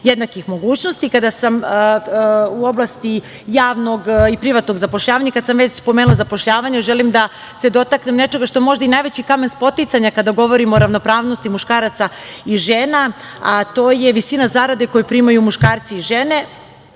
jednakih mogućnosti. Kada sam u oblasti javnog i privatnog zapošljavanja, kada sam već spomenula zapošljavanje želim da se dotaknem nečega što je možda najveći kamen spoticanja kada govorimo o ravnopravnosti muškaraca i žena, a to je visina zarade koju primaju muškarci i žene. Prema